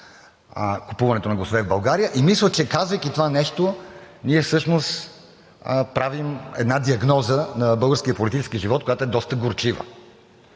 купуването на гласове в България, и мисля, че, казвайки това нещо, ние всъщност правим една диагноза на българския политически живот, която е доста горчива.